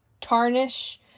tarnish